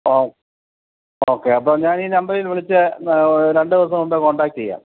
ഓ okay അപ്പം ഞാനീ നമ്പറില് നിന്ന് വിളിച്ച് രണ്ടു ദിവസം മുമ്പ് കോൺടാക്ട് ചെയ്യാം